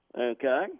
Okay